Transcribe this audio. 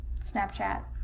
Snapchat